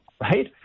right